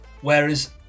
Whereas